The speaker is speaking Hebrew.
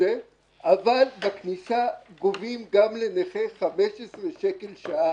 אבל בכניסה גובים גם מנכה 15 שקל לשעה.